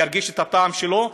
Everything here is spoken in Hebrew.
ירגיש את הטעם שלו,